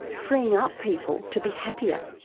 freeing up people to be happier?